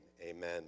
Amen